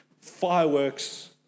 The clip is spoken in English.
fireworks